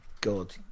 god